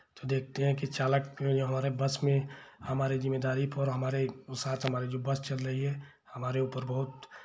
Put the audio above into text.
देखते हैं कि चालक जो हमारे बस में हमारे ज़िम्मेदारी पर हमारे साथ जो हमारे बस चल रही है हमारे ऊपर बहुत